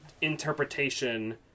interpretation